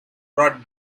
brought